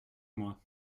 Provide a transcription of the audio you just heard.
moi